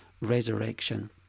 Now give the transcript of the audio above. resurrection